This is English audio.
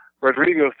Rodrigo